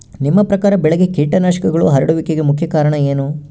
ನಿಮ್ಮ ಪ್ರಕಾರ ಬೆಳೆಗೆ ಕೇಟನಾಶಕಗಳು ಹರಡುವಿಕೆಗೆ ಮುಖ್ಯ ಕಾರಣ ಏನು?